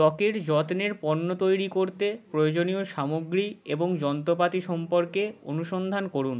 ত্বকের যত্নের পণ্য তৈরি করতে প্রয়োজনীয় সামগ্রী এবং যন্ত্রপাতি সম্পর্কে অনুসন্ধান করুন